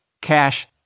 Cash